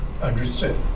Understood